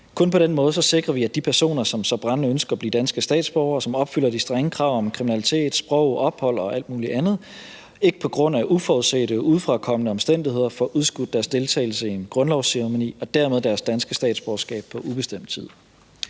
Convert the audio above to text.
Kun på den måde sikrer vi, at de personer, som så brændende ønsker at blive danske statsborgere, og som opfylder de strenge krav i forhold til kriminalitet, sprog og ophold og alt muligt andet, ikke på grund af uforudsete udefrakommende omstændigheder får udskudt deres deltagelse i en grundlovsceremoni og dermed deres danske statsborgerskab på ubestemt tid.